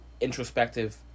introspective